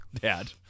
bad